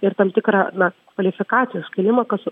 ir tam tikrą na kvalifikacijos kėlimą kas